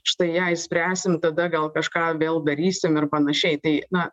štai ją išspręsim tada gal kažką vėl darysim ir panašiai tai na